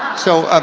so,